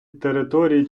території